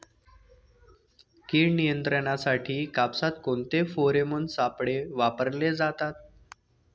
कीड नियंत्रणासाठी कापसात कोणते फेरोमोन सापळे वापरले जातात?